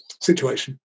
situation